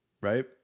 right